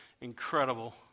incredible